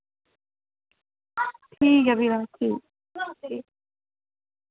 ठीक ऐ फ्ही तां ठीक